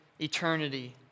eternity